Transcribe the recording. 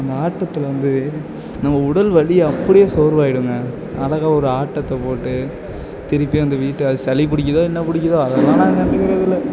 அந்த ஆட்டத்தில் வந்து நம்ம உடல் வலி அப்படியே சோர்வாகிடுங்க அழகாக ஒரு ஆட்டத்தை போட்டு திருப்பி அந்த வீட்டை சளி பிடிக்குதோ என்ன பிடிக்குதோ அதெல்லாம் நான் கண்டுக்கிறது இல்லை